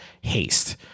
haste